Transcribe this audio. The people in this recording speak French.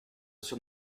sur